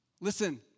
Listen